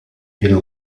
ils